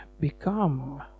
become